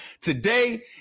Today